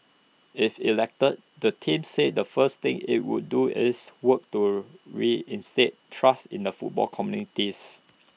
if elected the team said the first thing IT would do is work to reinstate trust in the football communities